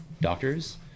doctors